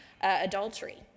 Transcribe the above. adultery